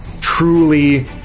truly